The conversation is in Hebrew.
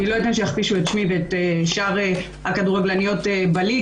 אני לא אתן שיכפישו את שמי ואת שאר הכדורגלניות בליגה.